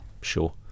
Sure